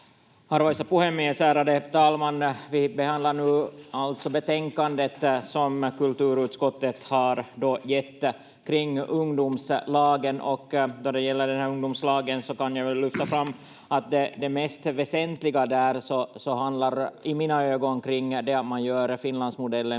Arvoisa puhemies, ärade talman! Vi behandlar nu alltså betänkandet som kulturutskottet har gett kring ungdomslagen. Då det gäller den här ungdomslagen så kan jag väl lyfta fram att det mest väsentliga där i mina ögon handlar om det att man gör Finlandsmodellen